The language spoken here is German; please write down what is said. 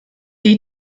die